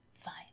fine